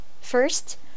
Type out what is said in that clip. First